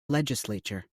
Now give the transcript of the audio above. legislature